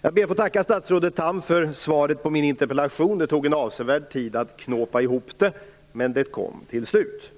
Jag ber att få tacka statsrådet Carl Tham för svaret på min interpellation. Det tog en avsevärd tid att knåpa ihop det, men det kom till slut.